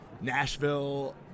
Nashville